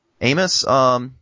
Amos